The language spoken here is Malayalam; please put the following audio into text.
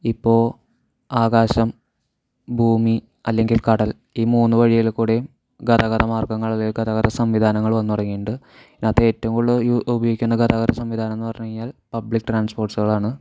ഇപ്പോൾ ആകാശം ഭൂമി അല്ലെങ്കിൽ കടൽ ഈ മൂന്ന് വഴിയിൽക്കൂടിയും ഗതാഗതമാർഗ്ഗങ്ങൾ അല്ലെങ്കിൽ ഗതാഗതസംവിധാനങ്ങൾ വന്നുതുടങ്ങിയിട്ടുണ്ട് ഇതിനകത്ത് ഏറ്റവും കൂടുതൽ ഉപയോഗിക്കുന്ന ഗതാഗത സംവിധാനമെന്നു പറഞ്ഞുകഴിഞ്ഞാൽ പബ്ലിക് ട്രാൻസ്പോർട്സുകളാണ്